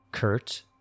Kurt